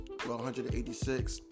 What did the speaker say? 186